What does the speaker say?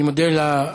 אני מודה לשר.